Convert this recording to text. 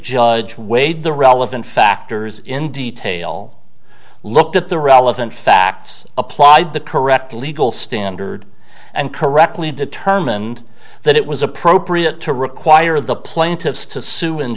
judge weighed the relevant factors in detail looked at the relevant facts applied the correct legal standard and correctly determined that it was appropriate to require the plaintiffs to sue in